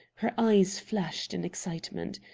her eyes flashed in excitement.